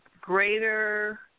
greater